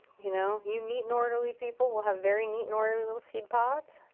you know. you neat and orderly people will have very neat and orderly little seed pods.